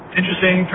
interesting